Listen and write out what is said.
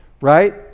right